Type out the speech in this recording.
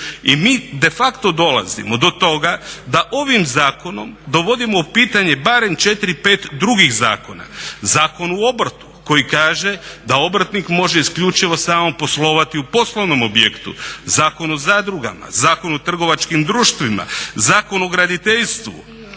I mi defacto dolazimo do toga da ovim zakonom dovodimo u pitanje barem 4, 5 drugih zakona, Zakon o obrtu koji kaže da obrtnik može isključivo samo poslovati u poslovnom objektu, Zakon o zadrugama, Zakon o trgovačkim društvima, Zakon o graditeljstvu